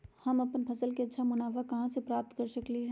हम अपन फसल से अच्छा मुनाफा कहाँ से प्राप्त कर सकलियै ह?